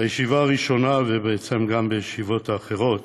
בישיבה הראשונה, ובעצם גם בישיבות האחרות